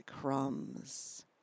crumbs